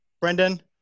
Brendan